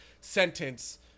sentence